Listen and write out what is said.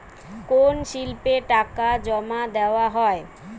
কোন স্লিপে টাকা জমাদেওয়া হয়?